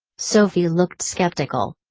sophie looked skeptical.